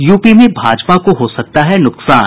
UP में भाजपा को हो सकता है नुकसान